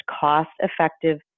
cost-effective